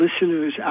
listeners